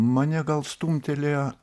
mane gal stumtelėjo